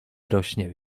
rośnie